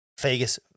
Vegas